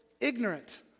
ignorant